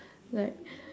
like